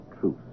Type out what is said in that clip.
truth